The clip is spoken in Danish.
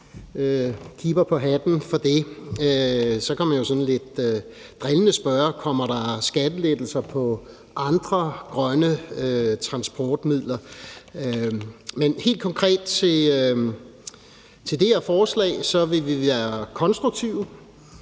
men jeg kipper med hatten for det. Man kan jo sådan lidt grinende spørge: Kommer der forslag om skattelettelser på andre grønne transportmidler? Men helt konkret og i forhold til det her forslag vil vi være konstruktive.